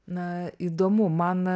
na įdomu man